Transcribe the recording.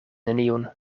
neniun